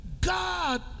God